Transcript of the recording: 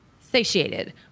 satiated